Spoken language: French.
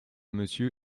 monsieur